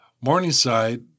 Morningside